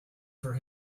for